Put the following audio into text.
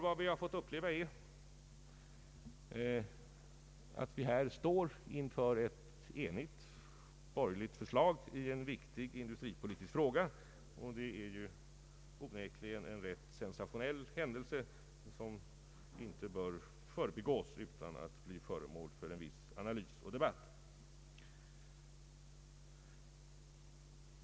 Vi står nämligen här inför ett enigt borgerligt förslag i en viktig industripolitisk fråga, och det är onekligen en ganska sensationell händelse som inte bör förbigås utan att bli föremål för viss analys och debatt.